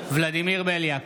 ולדימיר בליאק,